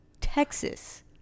Texas